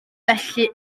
felly